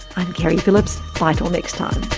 i'm keri phillips. bye till next time